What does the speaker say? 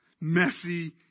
messy